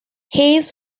hays